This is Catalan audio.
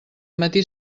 matí